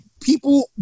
people